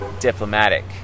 diplomatic